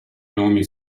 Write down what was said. nomi